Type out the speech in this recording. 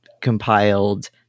compiled